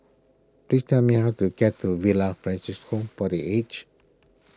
please tell me how to get to Villa Francis Home for the Aged